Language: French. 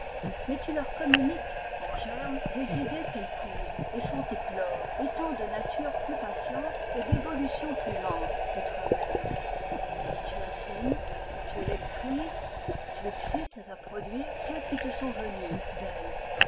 mais tu leur communiques en germe des idées qu'elles couvent et font éclore étant de nature plus patiente et d'évolution plus lente que toi-même tu affines tu électrises tu excites à produire ceux qui te sont venus d'elles